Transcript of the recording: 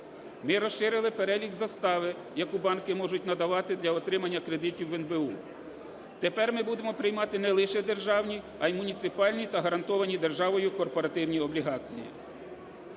Ми розширили перелік застави, яку банки можуть надавати для отримання кредитів в НБУ, тепер ми будемо приймати не лише державні, а й муніципальні та гарантовані державою корпоративні облігації.